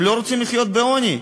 הם לא רוצים לחיות בעוני.